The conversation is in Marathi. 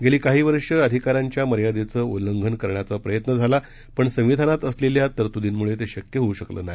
गेले काही वर्ष अधिकारांच्या मर्यादेचं उल्लंघन करण्याचा प्रयत्न झाला पण संविधानात असलेल्या तरतूर्दीमुळे ते शक्य होऊ शकलं नाही